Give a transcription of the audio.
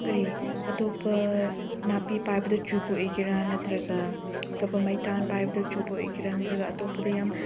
ꯀꯔꯤ ꯑꯇꯣꯞꯄ ꯅꯥꯄꯤ ꯄꯥꯏꯕꯗ ꯆꯨꯕ ꯑꯣꯏꯒꯦꯔ ꯅꯠꯇ꯭ꯔꯒ ꯑꯇꯣꯞꯄ ꯃꯩꯇꯥꯟ ꯄꯥꯏꯕꯗ ꯆꯨꯕ ꯑꯣꯏꯒꯦꯔ ꯅꯠꯇ꯭ꯔꯒ ꯑꯇꯣꯞꯄꯗ ꯌꯥꯝ